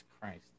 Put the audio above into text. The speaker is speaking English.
Christ